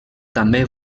també